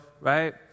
right